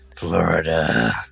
Florida